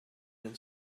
then